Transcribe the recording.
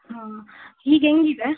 ಹಾಂ ಈಗ ಹೇಗಿದೆ